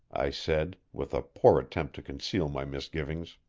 i said, with a poor attempt to conceal my misgivings.